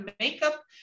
makeup